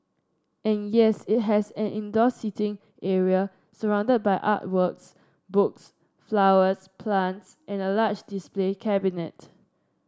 and yes it has an indoor seating area surrounded by art works books flowers plants and a large display cabinet